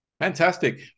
Fantastic